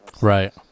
right